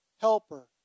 helper